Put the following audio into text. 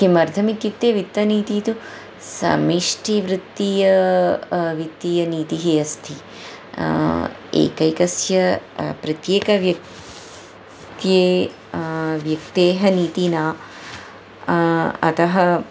किमर्थम् इत्युक्ते वित्तनीति तु समष्टिवित्तीय वित्तीयनीतिः अस्ति एकैकस्य प्रत्येकव्यक्तेः व्यक्तेः नीतिः न अतः